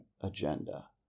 agenda